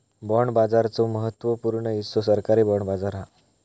bond बाजाराचो महत्त्व पूर्ण हिस्सो सरकारी बाँड बाजार हा